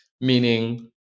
meaning